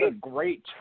great